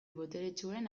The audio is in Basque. boteretsuen